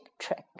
trick